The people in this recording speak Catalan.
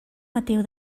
mateu